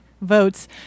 votes